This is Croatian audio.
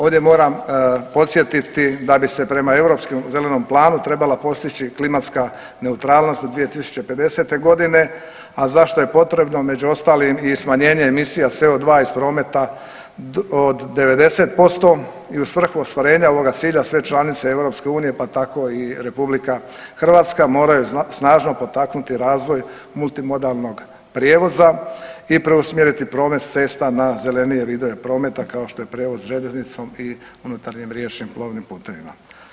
Ovdje moram podsjetiti da bi se prema Europskom zelenom planu trebala postići klimatska neutralnost do 2050.godine, a zašto je potrebno među ostalim i smanjenje emisija CO2 iz prometa od 90% i u svrhu ostvarenja ovoga cilja sve članice Europske unije pa tako i Republika Hrvatska moraju snažno potaknuti razvoj multi modalnog prijevoza i preusmjeriti promet cesta na zelenije vide prometa kao što je prijevoz željeznicom i unutarnjim riječnim plovnim putevima.